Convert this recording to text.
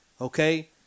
Okay